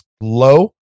low